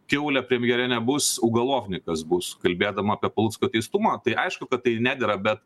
kiaulė premjere nebus ugalovnikas bus kalbėdama apie palucko teistumą tai aišku kad tai nedera bet